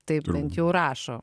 taip bent jau rašo